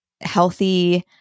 healthy